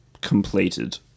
completed